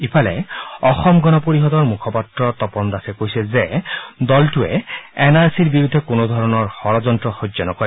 ইফালে অসম গণ পৰিষদৰ মুখপাত্ৰ তপন দাসে কৈছে যে দলটোৱে এন আৰ চিৰ বিৰুদ্ধে কোনোধৰণৰ ষড়যন্ত্ৰ সহ্য নকৰে